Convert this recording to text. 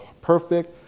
perfect